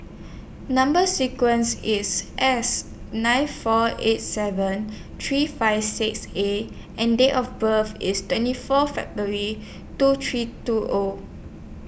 Number sequence IS S nine four eight seven three five six A and Date of birth IS twenty four February two three two O